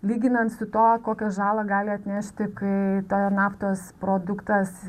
lyginant su tuo kokią žalą gali atnešti kai ta naftos produktas